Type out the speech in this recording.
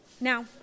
Now